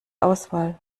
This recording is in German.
auswahl